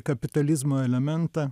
kapitalizmo elementą